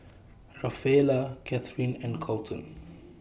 Rafaela Cathrine and Kolton